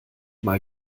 mal